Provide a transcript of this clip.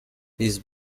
his